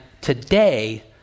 Today